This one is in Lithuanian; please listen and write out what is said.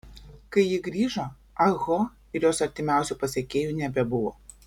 kai ji grįžo ah ho ir jos artimiausių pasekėjų nebebuvo